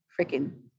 freaking